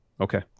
Okay